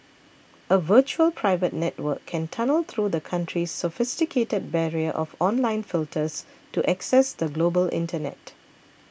a virtual private network can tunnel through the country's sophisticated barrier of online filters to access the global internet